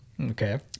okay